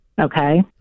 okay